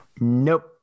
Nope